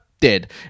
dead